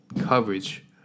coverage